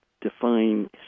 define